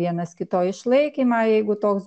vienas kito išlaikymą jeigu toks